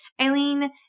Eileen